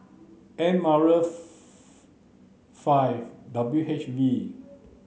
M R five W H V